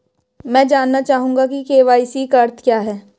मैं जानना चाहूंगा कि के.वाई.सी का अर्थ क्या है?